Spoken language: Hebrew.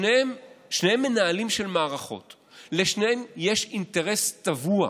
שניהם מנהלים של מערכות ולשניהם יש אינטרס טבוע,